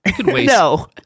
no